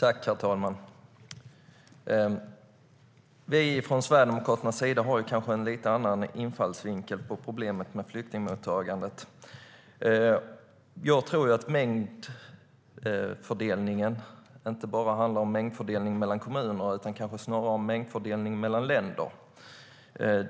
Herr talman! Från Sverigedemokraternas sida har vi kanske en lite annan infallsvinkel på problemet med flyktingmottagandet. Jag tror att mängdfördelningen inte bara handlar om mängdfördelningen mellan kommuner utan kanske snarare om mängdfördelning mellan länder.